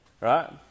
Right